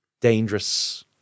dangerous